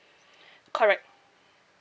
correct